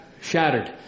shattered